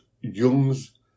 Youngs